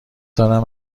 دارم